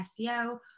SEO